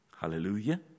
Hallelujah